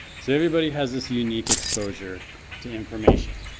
so everybody has this unique exposure to information